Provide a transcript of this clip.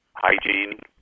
hygiene